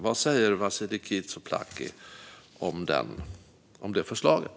Vad säger du, Vasiliki Tsouplaki, om förslaget?